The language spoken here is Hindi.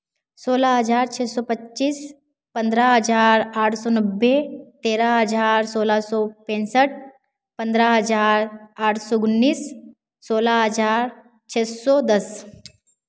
सोलह हजार छ सौ पच्चीस पन्द्रह हजार आठ सौ नब्बे तेरह हजार सोलह सौ पैंसठ पन्द्रह हजार आठ सौ उन्नीस सोलह हजार छ सौ दस